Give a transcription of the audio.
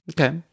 Okay